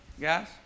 guys